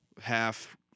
half